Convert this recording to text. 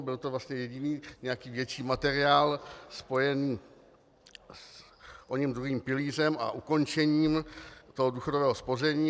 Byl to vlastně jediný větší materiál spojený s oním druhým pilířem a ukončením důchodového spoření.